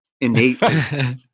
Innate